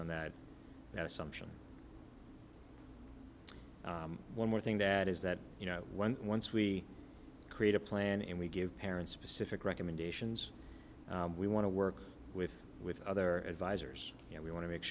on that assumption one more thing that is that you know when once we create a plan and we give parents specific recommendations we want to work with with other advisors you know we want to make